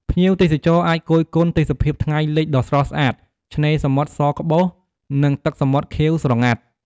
ភ្ញៀវទេសចរអាចគយគន់ ទេសភាពថ្ងៃលិចដ៏ស្រស់ស្អាត ឆ្នេរសមុទ្រសក្បុស និងទឹកសមុទ្រខៀវស្រងាត់។